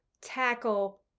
tackle